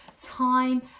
time